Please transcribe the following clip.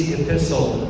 epistle